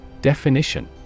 Definition